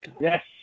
Yes